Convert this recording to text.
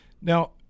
Now